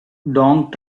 dong